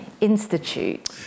institute